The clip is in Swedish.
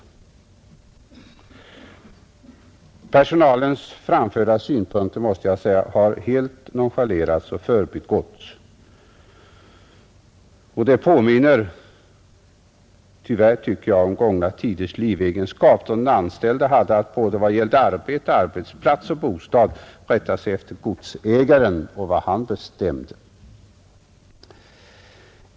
Personalens framförda synpunkter har, måste jag säga, helt nonchalerats och förbigåtts. Det påminner tyvärr, tycker jag, om gångna tiders livegenskap, då den anställde hade att vad gällde arbete, arbetsplats och bostad rätta sig efter godsägaren och vad han bestämde.